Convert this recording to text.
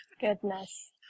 Goodness